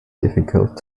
difficult